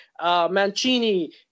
Mancini